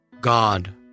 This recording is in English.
God